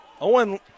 Owen